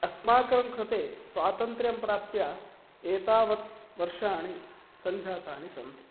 अस्माकं कृते स्वातन्त्र्यं प्राप्य एतावत् वर्षाणि सञ्जातानि सन्ति